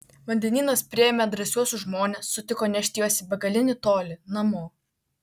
vandenynas priėmė drąsiuosius žmones sutiko nešti juos į begalinį tolį namo